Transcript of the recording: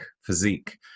physique